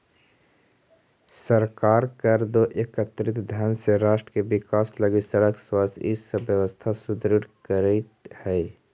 सरकार कर दो एकत्रित धन से राष्ट्र के विकास लगी सड़क स्वास्थ्य इ सब व्यवस्था सुदृढ़ करीइत हई